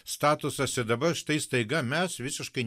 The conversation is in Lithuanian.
statusas ir dabar štai staiga mes visiškai